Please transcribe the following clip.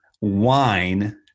wine